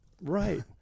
right